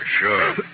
sure